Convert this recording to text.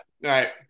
Right